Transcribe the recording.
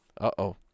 Uh-oh